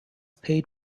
paid